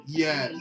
yes